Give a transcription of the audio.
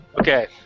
Okay